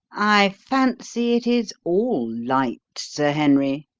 i fancy it is all light, sir henry,